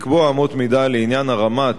לקבוע אמות מידה לעניין הרמה,